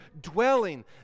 dwelling